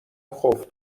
خوف